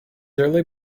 early